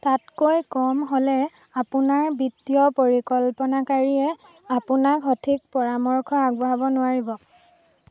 তাতকৈ কম হ'লে আপোনাৰ বিত্তীয় পৰিকল্পনাকাৰীয়ে আপোনাক সঠিক পৰামৰ্শ আগবঢ়াব নোৱাৰিব